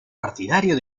partidario